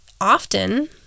often